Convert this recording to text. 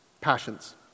Passions